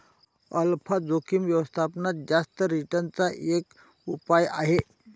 alpha जोखिम व्यवस्थापनात जास्त रिटर्न चा एक उपाय आहे